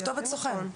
כתובת סוכן.